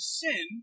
sin